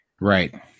Right